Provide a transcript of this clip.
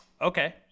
Okay